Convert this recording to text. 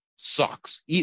Sucks